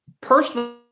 personally